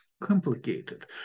complicated